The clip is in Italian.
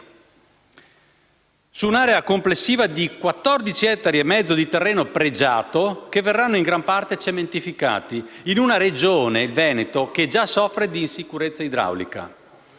su un'area complessiva di 14,5 ettari di terreno pregiato che verranno in gran parte cementificati, in una Regione, il Veneto, che già soffre di insicurezza idraulica.